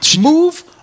move